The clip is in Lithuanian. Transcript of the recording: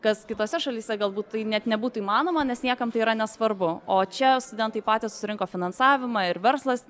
kas kitose šalyse galbūt tai net nebūtų įmanoma nes niekam tai yra nesvarbu o čia studentai patys susirinko finansavimą ir verslas